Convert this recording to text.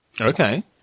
Okay